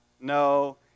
no